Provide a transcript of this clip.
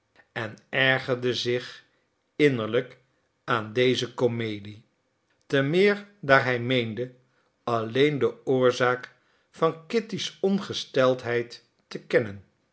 en ergerde zich innerlijk aan deze comedie te meer daar hij meende alleen de oorzaak van kitty's ongesteldheid te kennen